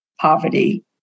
poverty